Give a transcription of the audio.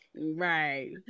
right